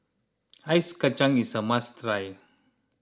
Ice Kacang is a must try